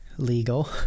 legal